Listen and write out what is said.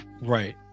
Right